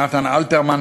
נתן אלתרמן,